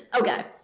okay